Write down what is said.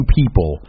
people